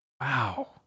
wow